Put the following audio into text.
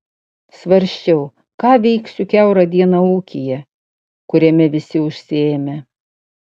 svarsčiau ką veiksiu kiaurą dieną ūkyje kuriame visi užsiėmę